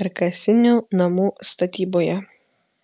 karkasinių namų statyboje